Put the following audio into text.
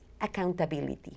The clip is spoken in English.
accountability